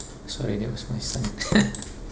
sorry that was my son